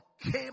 came